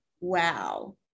Wow